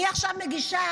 אני עכשיו מגישה